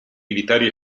militari